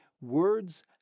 Words